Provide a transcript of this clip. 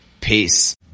Peace